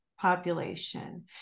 population